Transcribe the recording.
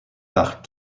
par